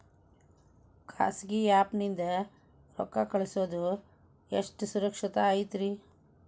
ಖಾಸಗಿ ಆ್ಯಪ್ ನಿಂದ ರೊಕ್ಕ ಕಳ್ಸೋದು ಎಷ್ಟ ಸುರಕ್ಷತಾ ಐತ್ರಿ?